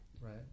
Right